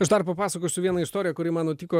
aš dar papasakosiu vieną istoriją kuri man nutiko